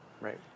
Right